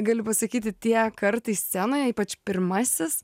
galiu pasakyti tie kartai scenoj ypač pirmasis